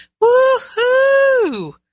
Woo-hoo